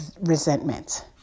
resentment